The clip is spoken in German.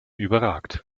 überragt